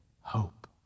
Hope